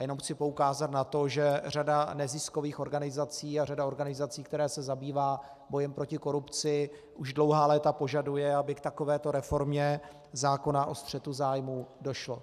Jenom chci poukázat na to, že řada neziskových organizací a řada organizací, které se zabývají bojem proti korupci, už dlouhá léta požaduje, aby k takovéto reformě zákona o střetu zájmu došlo.